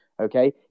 Okay